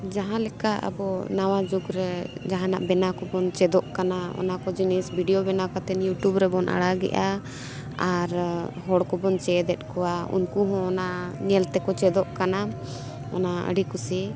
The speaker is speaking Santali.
ᱡᱟᱦᱟᱸ ᱞᱮᱠᱟ ᱟᱵᱚ ᱱᱟᱣᱟ ᱡᱩᱜᱽ ᱨᱮ ᱡᱟᱦᱟᱱᱟᱜ ᱵᱮᱱᱟᱣ ᱠᱚᱵᱚᱱ ᱪᱮᱫᱚᱜ ᱠᱟᱱᱟ ᱚᱱᱟ ᱠᱚ ᱡᱤᱱᱤᱥ ᱵᱷᱤᱰᱭᱳ ᱵᱮᱱᱟᱣ ᱠᱟᱛᱮᱫ ᱤᱭᱩᱴᱤᱭᱩᱵᱽ ᱨᱮᱵᱚᱱ ᱟᱲᱟᱜᱮᱜᱼᱟ ᱟᱨ ᱦᱚᱲ ᱠᱚᱵᱚᱱ ᱪᱮᱫ ᱮᱫ ᱠᱚᱣᱟ ᱩᱱᱠᱩ ᱦᱚᱸ ᱚᱱᱟ ᱧᱮᱞ ᱛᱮᱠᱚ ᱪᱮᱫᱚᱜ ᱠᱟᱱᱟ ᱚᱱᱟ ᱟᱹᱰᱤ ᱠᱩᱥᱤ